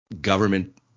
government